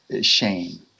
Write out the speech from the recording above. shame